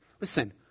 Listen